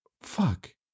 Fuck